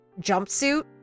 jumpsuit